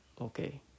Okay